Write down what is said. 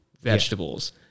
vegetables